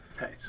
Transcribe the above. nice